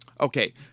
Okay